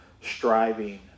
striving